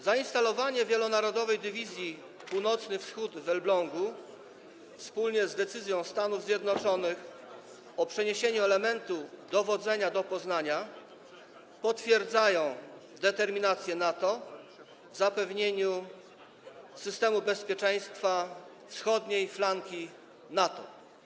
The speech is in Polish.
Zainstalowanie Wielonarodowej Dywizji Północ-Wschód w Elblągu łącznie z decyzją Stanów Zjednoczonych o przeniesieniu elementu dowodzenia do Poznania potwierdzają determinację NATO w zapewnieniu systemu bezpieczeństwa wschodniej flanki NATO.